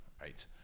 right